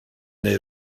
neu